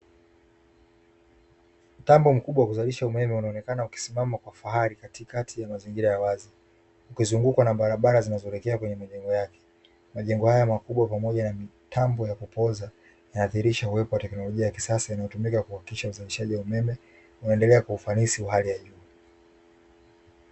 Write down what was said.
Mtambo mkubwa wa kuzalisha umeme unaoneka ukisimama kwa fahari katikati ya mazingira ya wazi, ukizungukwa na barabara zinazoelekea kwenye majengo yake. Majengo haya makubwa pamoja na mitambo ya kupooza uzalishaji yanadhihirisha uwepo wa teknolojia ya kisasa, unaohakikisha uzalishaji wa umeme unaendela kwa ufanisi wa hali ya juu.